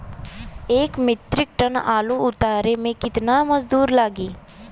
एक metric ton आलू के उतारे मे कितना मजदूर लागि?